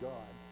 God